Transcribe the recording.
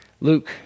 Luke